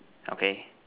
okay